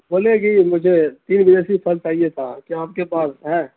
بولے کہ مجھے تین ورائٹی پھل چاہیے تھا کیا آپ کے پاس ہے